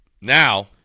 Now